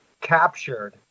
captured